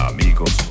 Amigos